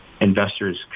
investors